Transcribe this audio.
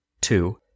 two